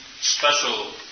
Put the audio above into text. special